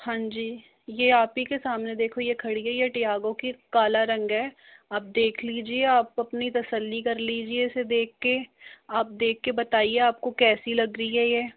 हाँ जी यह आप ही के सामने देखो यह खड़ी है टियागो की काला रंग है आप देख लीजिये आप अपनी तसल्ली कर लीजिए इसे देख के आप देख के बताइए आप को कैसी लग रही है यह